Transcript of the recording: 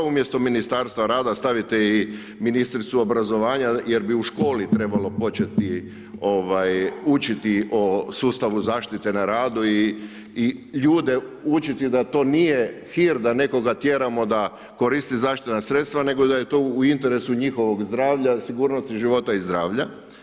Umjesto Ministarstva rada, stavite i ministricu obrazovanja jer bi u školi trebalo početi učiti o sustavu zaštite na radu i ljude učiti da to nije hir da nekoga tjeramo da koristi zaštitna sredstva, nego da je to u interesu njihovog zdravlja, sigurnosti života i zdravlja.